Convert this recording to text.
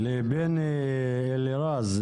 בני אלירז,